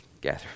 gather